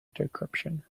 decryption